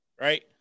right